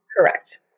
Correct